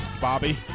Bobby